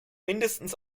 mindestens